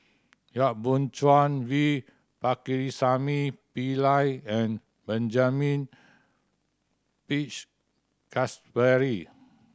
Yap Boon Chuan V Pakirisamy Pillai and Benjamin Peach Keasberry